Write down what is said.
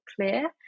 clear